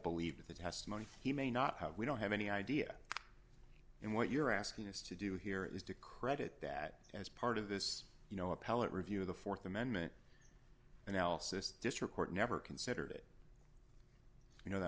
believed the testimony he may not have we don't have any idea and what you're asking us to do here is to credit that as part of this you know appellate review of the th amendment analysis district court never considered it you know that